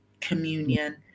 communion